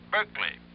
Berkeley